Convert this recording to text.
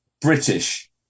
British